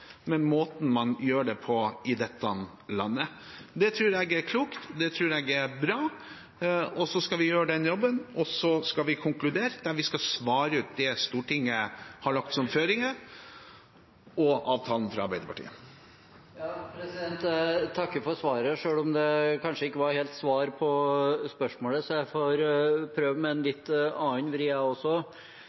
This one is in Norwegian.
måten man gjør det på i dette landet. Det tror jeg er klokt, det tror jeg er bra. Vi skal gjøre den jobben, og så skal vi konkludere, der vi skal svare ut det Stortinget har av føringer, og avtalen fra Arbeiderpartiet. Jeg takker for svaret, selv om det kanskje ikke var helt svar på spørsmålet, så jeg får prøve med en litt annen vri, jeg også.